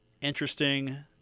Interesting